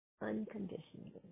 unconditionally